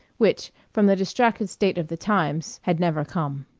which, from the distracted state of the times, had never come.